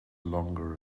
longer